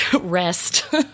rest